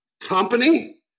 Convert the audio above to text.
company